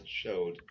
showed